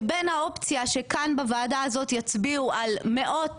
שבין האופציה שכאן בוועדה הזאת יצביעו על מאות